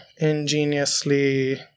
ingeniously